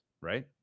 right